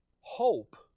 hope